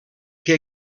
que